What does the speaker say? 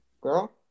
girl